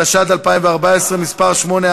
התשע"ד 2014, נתקבלה.